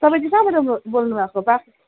तपाईँ चाहिँ कहाँबाट ब बोल्नु भएको बाघ